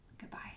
Goodbye